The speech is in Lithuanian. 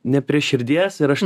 ne prie širdies ir aš